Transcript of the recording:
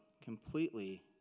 completely